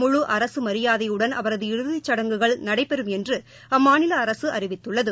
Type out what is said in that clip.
முழு அரசு மியாதையுடன் அவரது இறுதிச் சுடங்குகள் நடைபெறும் என்று அம்மாநில அரசு அறிவித்துள்ளது